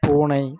பூனை